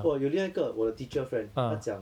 orh 有另外一个我的 teacher friend 他讲